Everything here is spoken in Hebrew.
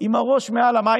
עם הראש מעל המים.